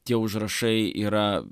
tie užrašai yra